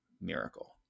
miracle